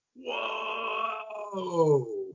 whoa